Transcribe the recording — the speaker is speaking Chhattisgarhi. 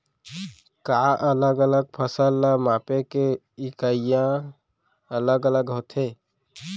का अलग अलग फसल ला मापे के इकाइयां अलग अलग होथे?